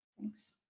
Thanks